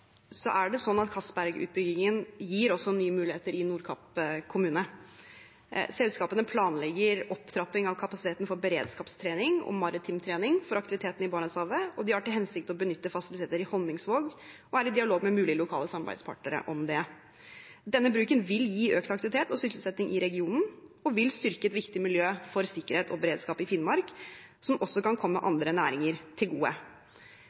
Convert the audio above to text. nye muligheter i Nordkapp kommune. Selskapene planlegger opptrapping av kapasiteten for beredskapstrening og maritim trening for aktiviteten i Barentshavet. De har til hensikt å benytte fasiliteter i Honningsvåg og er i dialog med mulige lokale samarbeidspartnere om det. Denne bruken vil gi økt aktivitet og sysselsetting i regionen og vil styrke et viktig miljø for sikkerhet og beredskap i Finnmark, som også kan komme andre næringer til gode.